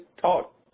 talk